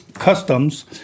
Customs